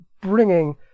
bringing